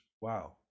wow